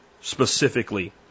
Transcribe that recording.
specifically